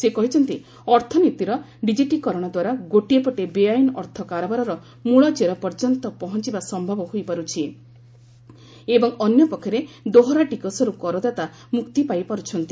ସେ କହିଛନ୍ତି ଅର୍ଥନୀତିର ଡିଜିଟିକରଣଦ୍ୱାରା ଗୋଟିଏ ପଟେ ବେଆଇନ ଅର୍ଥ କାରବାରର ମ୍ମଳ ଚେର ପର୍ଯ୍ୟନ୍ତ ପହଞ୍ଚବା ସମ୍ଭବ ହୋଇପାରୁଛି ଏବଂ ଅନ୍ୟପକ୍ଷରେ ଦୋହରା ଟିକସରୁ କରଦାତା ମୁକ୍ତି ପାଇପାରୁଛନ୍ତି